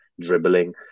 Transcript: dribbling